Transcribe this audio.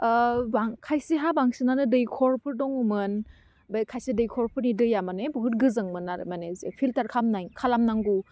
ओह बां खायसेहा बांसिनानै दैखरफोर दङमोन खायसे दैखरफोरनि दैया माने बहुद गोजोंमोन आरो माने जे फिल्टार खलामनाय खालामनांगौ